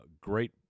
Great